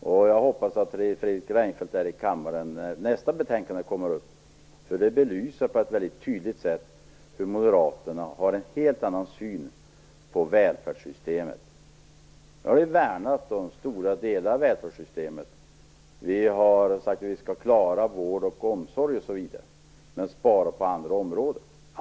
Jag hoppas att Fredrik Reinfeldt är i kammaren när nästa betänkande kommer upp, för det belyser på ett väldigt tydligt sätt hur moderaterna har en helt annan syn än vi på välfärdssystemet. Nu har vi värnat om stora delar av välfärdssystemet. Vi har sagt att vi skall klara vård och omsorg osv. men spara på andra områden.